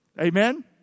Amen